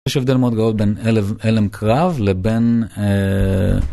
יש הבדל מאוד גדול בין הלם קרב לבין...